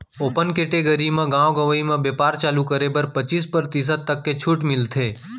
open category म गाँव गंवई म बेपार चालू करे बर पचीस परतिसत तक के छूट मिलथे